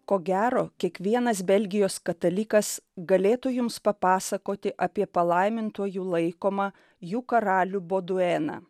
ko gero kiekvienas belgijos katalikas galėtų jums papasakoti apie palaimintuoju laikomą jų karalių bodueną